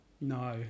No